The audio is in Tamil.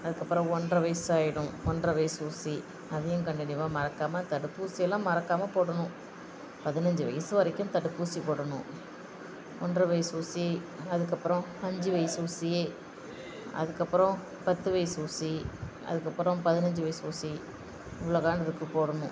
அதுக்கப்புறோம் ஒன்றை வயசு ஆயிடும் ஒன்றை வயசு ஊசி அதையும் கண்டினியூவ்வாக மறக்காம தடுப்பூசியெல்லாம் மறக்காம போடணும் பதினஞ்சி வயசு வரைக்கும் தடுப்பூசி போடணும் ஒன்றை வயசு ஊசி அதுக்கப்புறோம் அஞ்சு வயசு ஊசி அதுக்கப்புறோம் பத்து வயசு ஊசி அதுக்கப்புறோம் பதினஞ்சு வயசு ஊசி இவ்வளோ கான் இருக்கு போடணும்